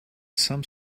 some